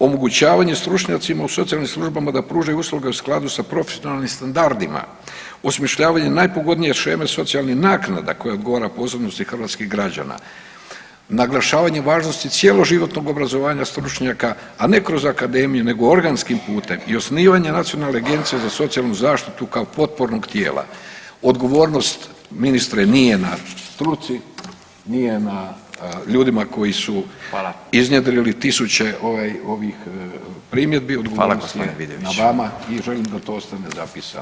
Omogućavanje stručnjacima u socijalnim službama da pružaju usluge u skladu sa profesionalnim standardima, osmišljavanje najpogodnije sheme socijalnih naknada koje odgovara posebnosti hrvatskih građana, naglašavanje važnosti cjeloživotnog obrazovanja stručnjaka, a ne kroz akademiju nego organskim putem i osnivanje Nacionalne agencije za socijalnu zaštitu kao potpornog dijela, odgovornost ministre, nije na struci, nije na ljudima koji su [[Upadica: Hvala.]] iznjedrili tisuće ovaj ovih primjedbi [[Upadica: Hvala g. Vidović.]] odgovornost je na vama i želim da to ostane zapisano.